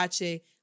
Ache